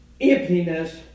emptiness